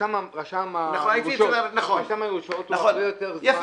רשם הירושות הוא הרבה יותר זמן.